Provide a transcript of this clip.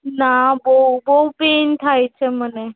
ના બહુ બહુ પેન થાય છે મને